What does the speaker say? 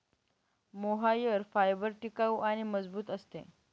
mohair fibre टिकाऊ आणि मजबूत असते